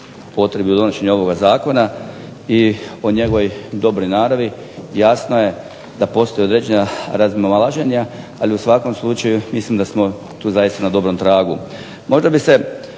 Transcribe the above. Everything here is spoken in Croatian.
potrebi donošenja ovoga zakona i o njegovoj dobroj naravi. Jasno je da postoje određena razmimoilaženja, ali u svakom slučaju mislim da smo tu zaista na dobrom tragu. Možda bih se